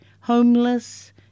homeless